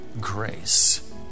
grace